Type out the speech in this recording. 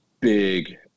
big